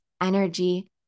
energy